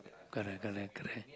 correct correct correct